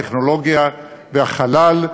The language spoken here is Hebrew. הטכנולוגיה והחלל.